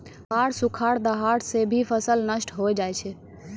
बाढ़, सुखाड़, दहाड़ सें भी फसल नष्ट होय जाय छै